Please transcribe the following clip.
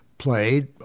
played